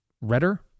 redder